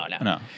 no